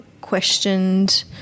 questioned